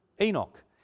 enoch